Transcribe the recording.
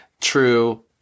true